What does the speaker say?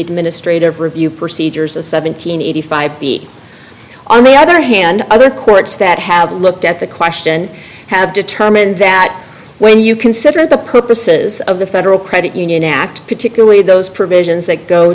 administrative review procedures of seven hundred and eighty five dollars b on the other hand other courts that have looked at the question have determined that when you consider that the purposes of the federal credit union act particularly those provisions that go